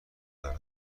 دارم